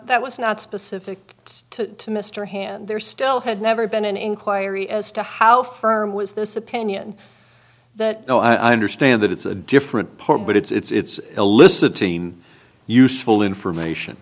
that was not specific to mr hand there still had never been an inquiry as to how firm was this opinion that no i understand that it's a different part but it's eliciting useful information